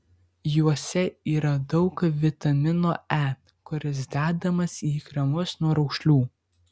juose yra daug vitamino e kuris dedamas į kremus nuo raukšlių